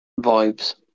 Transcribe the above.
Vibes